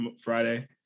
Friday